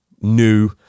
new